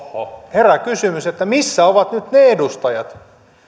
herää kysymys missä ovat nyt ne edustajat